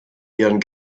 ihren